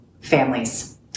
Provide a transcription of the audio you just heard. families